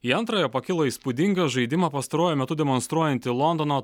į antrąją pakilo įspūdingą žaidimą pastaruoju metu demonstruojanti londono